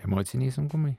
emociniai sunkumai